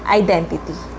identity